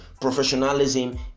professionalism